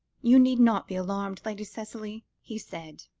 you need not be alarmed, lady cicely, he said.